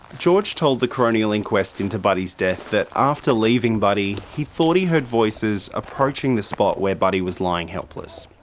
george told the coronial inquest into buddy's death that after leaving buddy, he thought he heard voices approaching the spot where buddy was lying helpless.